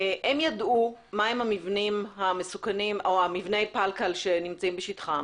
הם ידעו מה הם מבני הפלקל שנמצאים בשטחם